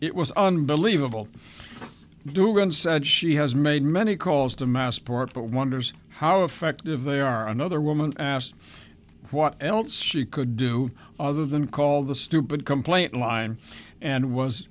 it was unbelievable durand said she has made many calls to mass port but wonders how effective they are another woman asked what else she could do other than call the stupid complaint line and was